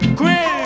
quit